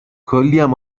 کلیم